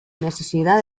necesidad